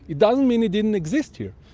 it doesn't mean it didn't exist here.